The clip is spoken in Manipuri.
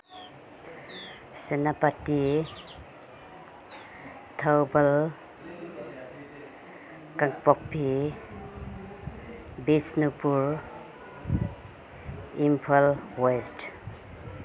ꯁꯦꯅꯥꯄꯇꯤ ꯊꯧꯕꯥꯜ ꯀꯥꯡꯄꯣꯛꯄꯤ ꯕꯤꯁꯅꯨꯄꯨꯔ ꯏꯝꯐꯜ ꯋꯦꯁ